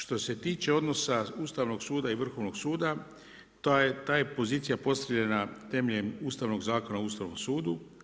Što se tiče odnosa Ustavnog suda i Vrhovnog suda, ta je pozicija postavljena temeljem Ustavnog zakona o Ustavnom sudu.